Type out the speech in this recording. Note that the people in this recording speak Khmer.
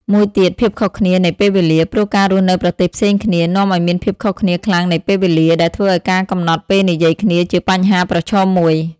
ព្រឹត្តិការណ៍សំខាន់ៗដូចជា ថ្ងៃខួបកំណើត ពិធីបុណ្យចូលឆ្នាំ ឬការប្រារព្ធពិធីផ្សេងៗក្នុងគ្រួសារ កាន់តែធ្វើឱ្យអារម្មណ៍នឹករលឹកនេះកាន់តែខ្លាំងឡើង។